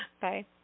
Bye